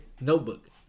Notebook